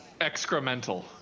excremental